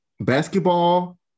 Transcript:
basketball